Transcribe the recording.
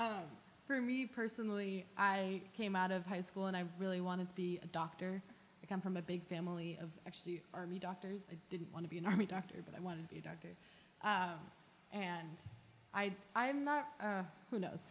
isn't for me personally i came out of high school and i really want to be a doctor i come from a big family of actually army doctors i didn't want to be an army doctor but i want to be a doctor and i i'm not who knows